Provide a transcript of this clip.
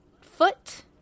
foot